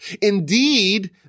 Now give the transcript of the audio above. Indeed